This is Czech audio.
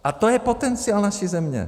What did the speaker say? A to je potenciál naší země.